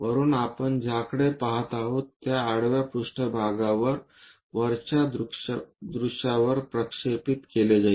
वरुन आपण ज्याकडे पहात आहोत त्या आडवा पृष्ठभाग वर वरच्या दृश्यावर प्रक्षेपित केले जाईल